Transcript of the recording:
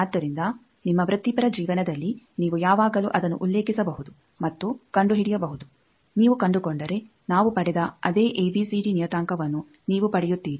ಆದ್ದರಿಂದ ನಿಮ್ಮ ವೃತ್ತಿಪರ ಜೀವನದಲ್ಲಿ ನೀವು ಯಾವಾಗಲೂ ಅದನ್ನು ಉಲ್ಲೇಖಿಸಬಹುದು ಮತ್ತು ಕಂಡುಹಿಡಿಯಬಹುದು ನೀವು ಕಂಡುಕೊಂಡರೆ ನಾವು ಪಡೆದ ಅದೇ ಎಬಿಸಿಡಿ ನಿಯತಾಂಕವನ್ನು ನೀವು ಪಡೆಯುತ್ತೀರಿ